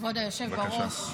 כבוד היושב בראש,